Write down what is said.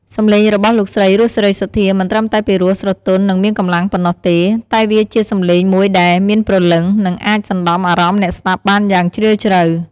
សំឡេងរបស់លោកស្រី រស់ សេរីសុទ្ធា មិនត្រឹមតែពីរោះស្រទន់ និងមានកម្លាំងប៉ុណ្ណោះទេ តែវាជាសំឡេងមួយដែល មានព្រលឹង និង អាចសំណ្ដំអារម្មណ៍អ្នកស្តាប់បានយ៉ាងជ្រាលជ្រៅ។